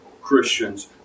christians